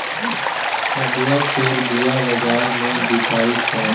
कदुआ केर बीया बजार मे बिकाइ छै